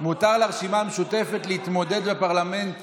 מותר לרשימה המשותפת להתמודד לפרלמנט